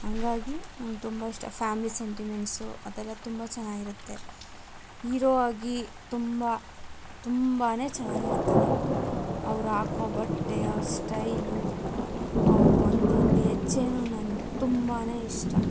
ಹಂಗಾಗಿ ನಂಗೆ ತುಂಬ ಇಷ್ಟ ಫ್ಯಾಮ್ಲಿ ಸೆಂಟಿಮೆಂಟ್ಸು ಅದೆಲ್ಲ ತುಂಬ ಚೆನ್ನಾಗಿರುತ್ತೆ ಹೀರೊ ಆಗಿ ತುಂಬ ತುಂಬಾ ಚೆನ್ನಾಗಿರ್ತಾರೆ ಅವ್ರು ಹಾಕೋ ಬಟ್ಟೆ ಅವ್ರ ಸ್ಟೈಲು ಅವ್ರ ಒಂದೊಂದು ಹೆಜ್ಜೆನೂ ನಂಗೆ ತುಂಬಾ ಇಷ್ಟ